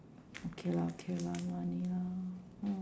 okay lor okay lor money lor